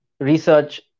research